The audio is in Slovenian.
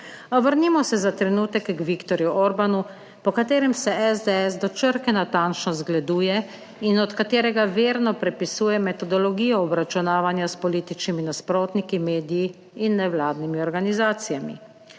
vrnimo se za trenutek k Viktorju Orbanu, po katerem se SDS do črke natančno zgleduje in od katerega verno prepisuje metodologijo obračunavanja s političnimi nasprotniki, mediji in nevladnimi organizacijami.